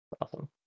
Awesome